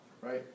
right